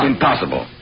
Impossible